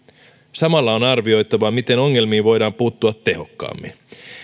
samalla on arvioitava miten ongelmiin voidaan puuttua tehokkaammin